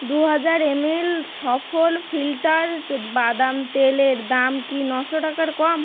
দু হাজার M L সফল ফিল্টার্ড বাদাম তেলের দাম কি নশো টাকার কম